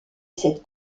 cette